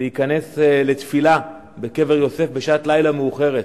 להיכנס לתפילה בקבר-יוסף בשעת לילה מאוחרת.